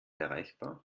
erreichbar